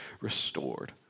restored